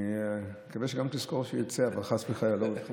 אני מקווה שגם תזכור כשהוא יצא, חס וחלילה,